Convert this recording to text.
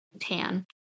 tan